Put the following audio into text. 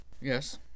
Yes